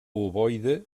ovoide